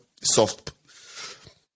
soft